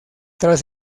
tras